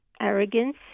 Arrogance